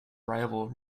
rival